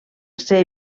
ser